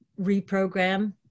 reprogram